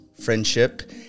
friendship